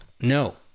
No